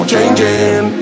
Changing